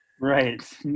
right